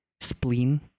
spleen